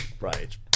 Right